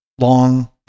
long